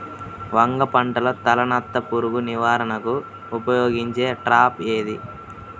వంగ పంటలో తలనత్త పురుగు నివారణకు ఉపయోగించే ట్రాప్ ఏది?